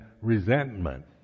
resentment